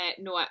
no